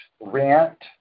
rent